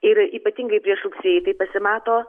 ir ypatingai prieš rugsėjį tai pasimato